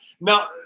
now